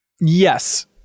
Yes